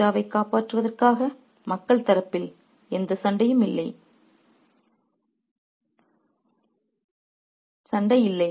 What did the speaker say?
தங்கள் ராஜாவைக் காப்பாற்றுவதற்காக மக்கள் தரப்பில் எந்த சண்டையும் இல்லை சண்டையும் இல்லை